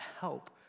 help